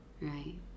Right